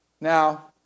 Now